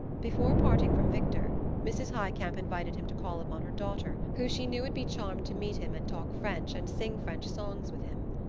before parting from victor, mrs. highcamp invited him to call upon her daughter, who she knew would be charmed to meet him and talk french and sing french songs with him.